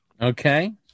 Okay